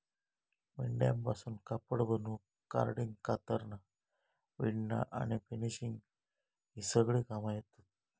मेंढ्यांपासून कापड बनवूक कार्डिंग, कातरना, विणना आणि फिनिशिंग ही सगळी कामा येतत